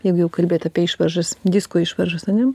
jeigu jau kalbėti apie išvaržas disko išvaržas ane